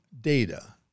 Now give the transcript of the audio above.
data